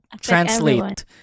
translate